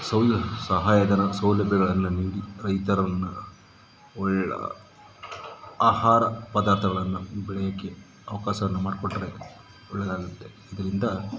ಸವಲತ್ತು ಸಹಾಯ ಧನ ಸೌಲಭ್ಯಗಳನ್ನ ನೀಡಿ ರೈತರನ್ನು ಒಳ್ಳೆ ಆಹಾರ ಪದಾರ್ಥಗಳನ್ನ ಬೆಳೆಯೋಕೆ ಅವಕಾಶವನ್ನ ಮಾಡಿಕೊಟ್ರೆ ಒಳ್ಳೆಯದ್ದಾಗುತ್ತೆ ಇದರಿಂದ